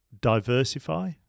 diversify